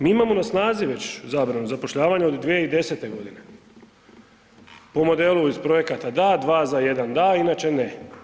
Mi imamo na snazi već zabranu zapošljavanja od 2010. g., po modelu iz projekata, da, 2 za 1, da, inače ne.